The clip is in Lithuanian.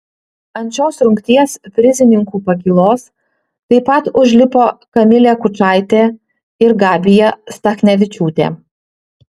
ant šios rungties prizininkų pakylos taip pat užlipo kamilė kučaitė ir gabija stachnevičiūtė